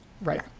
Right